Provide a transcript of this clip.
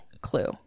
clue